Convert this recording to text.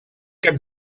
cap